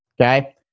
Okay